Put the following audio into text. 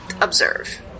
observe